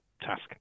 task